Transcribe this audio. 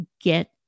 get